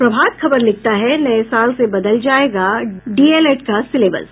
प्रभात खबर लिखता है नये साल से बदल जायेगा डीएलएड का सिलेबस